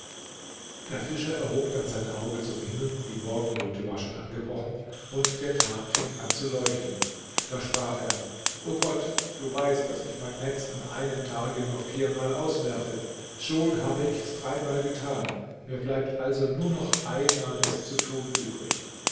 der fischer erhob dann sein auge zum himmel die morgenröte war schon angebrochen und der tag fing an zu leuchten da sprach er o gott du weißt daß ich mein netz an einem tage nur viermal auswerfe schon habe ich es dreimal getan mir bleibt also nur noch einmal es zu tun übrig